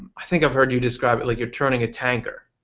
i think i've heard you describe it like you are turning a tanker.